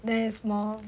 there's more